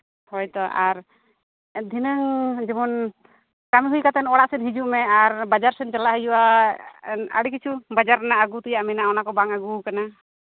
ᱦᱳᱭᱛᱳ ᱟᱨ ᱫᱷᱤᱱᱟᱹᱝ ᱡᱮᱢᱚᱱ ᱠᱟᱹᱢᱤ ᱦᱩᱭ ᱠᱟᱛᱮᱫ ᱚᱲᱟᱜ ᱥᱮᱫ ᱦᱤᱡᱩᱜ ᱢᱮ ᱟᱨ ᱵᱟᱡᱟᱨ ᱥᱮᱫ ᱪᱟᱞᱟᱜ ᱦᱩᱭᱩᱜᱼᱟ ᱟᱹᱰᱤ ᱠᱤᱪᱷᱩ ᱵᱟᱡᱟᱨ ᱨᱮᱱᱟᱜ ᱟᱹᱜᱩ ᱛᱮᱱᱟᱜ ᱢᱮᱱᱟᱜᱼᱟ ᱚᱱᱟ ᱠᱚ ᱵᱟᱝ ᱟᱹᱜᱩᱣᱟᱠᱟᱱᱟ